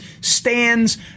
stands